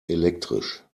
elektrisch